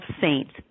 saints